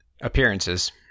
appearances